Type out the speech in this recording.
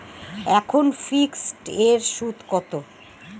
এখন ফিকসড এর সুদ কত?